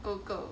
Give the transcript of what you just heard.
狗狗